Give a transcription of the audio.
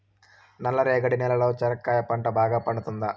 నల్ల రేగడి నేలలో చెనక్కాయ పంట బాగా పండుతుందా?